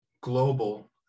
global